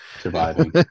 Surviving